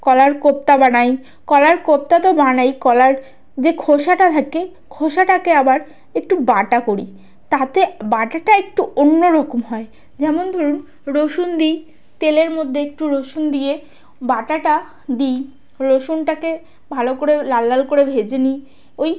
কলার কোফতা বানাই কলার কোফতা তো বানাই কলার যে খোসাটা থাকে খোসাটাকে আবার একটু বাটা করি তাতে বাটাটা একটু অন্য রকম হয় যেমন ধরুন রসুন দিই তেলের মধ্যে একটু রসুন দিয়ে বাটাটা দিই রসুনটাকে ভালো করে লাল লাল করে ভেজে নিই ওই